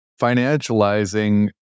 financializing